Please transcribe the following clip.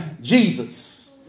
Jesus